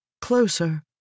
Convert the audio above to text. closer